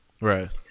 Right